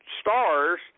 stars